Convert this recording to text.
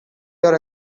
your